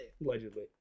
Allegedly